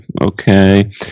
okay